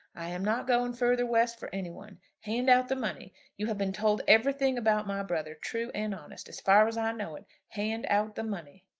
i am not going further west for any one. hand out the money. you have been told everything about my brother, true and honest, as far as i know it. hand out the money.